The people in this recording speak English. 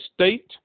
state